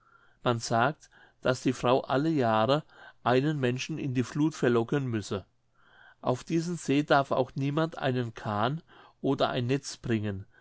man sagt daß die frau alle jahre einen menschen in die fluth verlocken müsse auf diesen see darf auch niemand einen kahn oder ein netz bringen